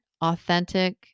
authentic